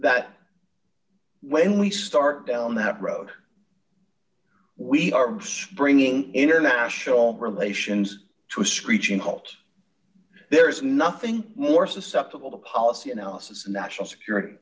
that when we start down that road we are bringing international relations to a screeching halt there is nothing more susceptible to policy analysis national security